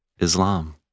Islam